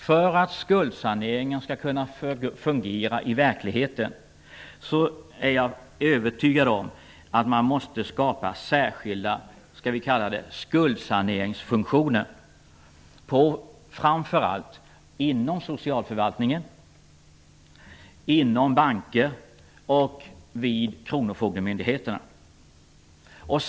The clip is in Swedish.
För att skuldsaneringen skall kunna fungera i verkligheten är jag övertygad om att man måste skapa särskilda ''skuldsaneringsfunktioner'' framför allt inom socialförvaltningen, inom banker och vid kronofogdemyndigheterna.